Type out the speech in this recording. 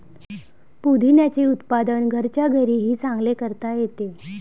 पुदिन्याचे उत्पादन घरच्या घरीही चांगले करता येते